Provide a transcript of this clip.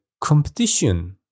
competition